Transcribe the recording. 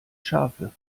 scharfe